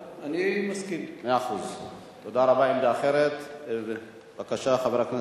בכמעט 100%. עם תושביה של מזרחה של ירושלים,